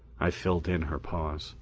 i filled in her pause.